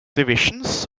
divisions